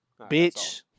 Bitch